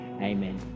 Amen